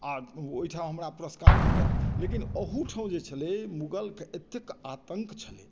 आ ओहिठाम हमरा पुरस्कार भेटत लेकिन ओहूठाम जे छलै मुगल के एतेक आतंक छलै जे